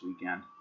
weekend